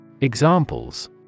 Examples